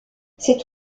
cet